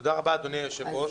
תודה רבה, אדוני יושב-הראש.